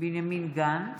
בנימין גנץ,